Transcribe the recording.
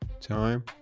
time